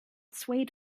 swayed